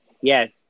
Yes